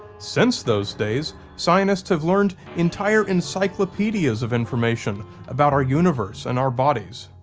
since those days, scientists have learned entire encyclopedias of information about our universe and our bodies.